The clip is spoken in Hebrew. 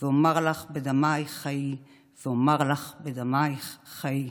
ואֹמר לך בדמיך חיי ואֹמר לך בדמיך חיי".